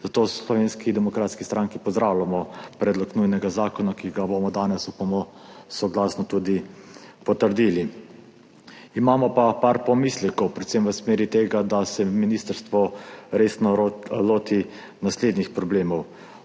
Zato v Slovenski demokratski stranki pozdravljamo predlog nujnega zakona, ki ga bomo danes, upamo, soglasno tudi potrdili. Imamo pa par pomislekov, predvsem v smeri tega, da se Ministrstvo resno loti naslednjih problemov.